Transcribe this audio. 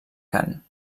cant